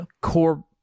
core